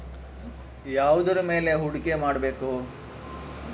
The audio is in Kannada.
ಯಾವುದರ ಮೇಲೆ ಹೂಡಿಕೆ ಮಾಡಬೇಕು?